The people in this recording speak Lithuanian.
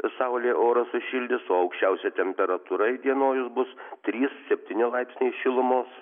saulė orą sušildys o aukščiausia temperatūra įdienojus bus trys septyni laipsniai šilumos